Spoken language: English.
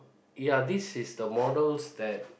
ya this is the models that